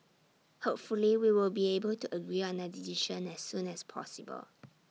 hopefully we will be able to agree on A decision as soon as possible